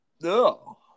No